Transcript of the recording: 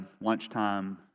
lunchtime